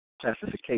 classification